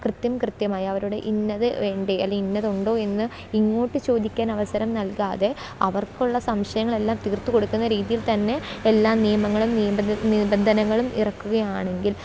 കൃത്യം കൃത്യമായി അവരുടെ ഇന്നത് വേണ്ടി ഇന്നത് ഉണ്ടോ എന്ന് ഇങ്ങോട്ട് ചോദിക്കാൻ അവസരം നല്കാതെ അവര്ക്കുള്ള സംശയങ്ങളെല്ലാം തീര്ത്ത് കൊടുക്കുന്ന രീതിയിൽ തന്നെ എല്ലാ നിയമങ്ങളും നിയന്ത്രണ നിബന്ധനകളും ഇറക്കുകയാണെങ്കില്